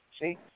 See